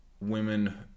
women